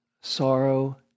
sorrow